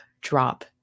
drop